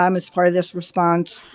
um as part of this response.